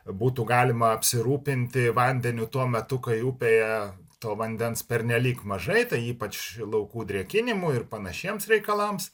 būtų galima apsirūpinti vandeniu tuo metu kai upėje to vandens pernelyg mažai tai ypač laukų drėkinimui ir panašiems reikalams